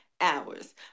hours